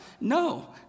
no